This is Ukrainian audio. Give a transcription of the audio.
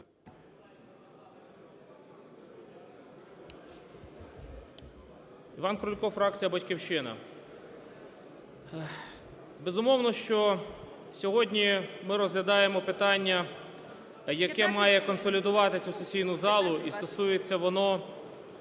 Іван Крулько, фракція "Батьківщина". Безумовно, що сьогодні ми розглядаємо питання, яке має консолідувати цю сесійну залу. І стосується воно,